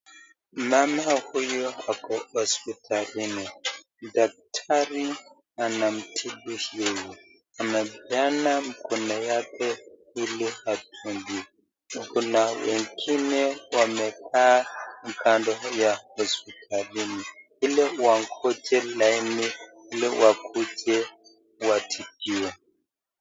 Mama huyu ako hosipitalini, dakitari anamtibu yeye, amepeana mkono yake ili atibiwe. Kuna wengine wamekaa kando ya hosipitalini iliwangoje laini, iliwakuje watibiwe.